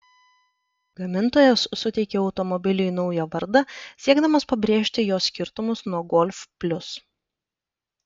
gamintojas suteikė automobiliui naują vardą siekdamas pabrėžti jo skirtumus nuo golf plius